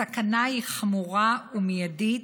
הסכנה היא חמורה ומיידית,